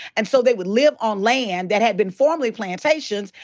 and so they would live on land that had been formerly plantations.